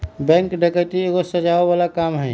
bank डकैती एगो सजाओ बला काम हई